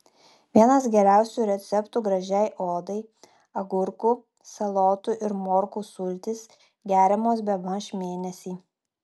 vienas geriausių receptų gražiai odai agurkų salotų ir morkų sultys geriamos bemaž mėnesį